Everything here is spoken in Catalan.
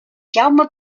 jaume